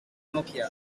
nokia